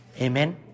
Amen